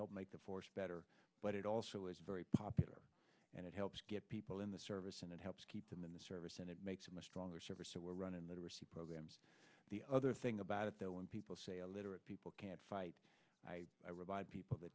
help make the force better but it also is very popular and it helps get people in the service and it helps keep them in the service and it makes them a stronger server so we're running literacy programs the other thing about it that when people say a literate people can't fight i revived people the